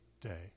day